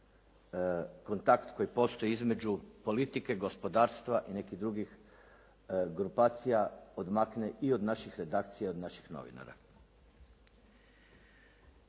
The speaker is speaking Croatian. kontakt koji postoji između politike, gospodarstva i nekih drugih grupacija odmakne i od naših redakcija i od naših novinara.